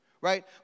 right